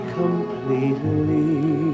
completely